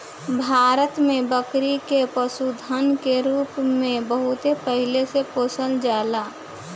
भारत में बकरी के पशुधन के रूप में बहुत पहिले से पोसल जाला